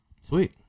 Sweet